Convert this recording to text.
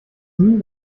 nie